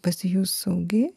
pasijus saugi